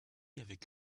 avec